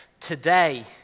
today